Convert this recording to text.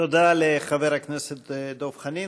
תודה לחבר הכנסת דב חנין.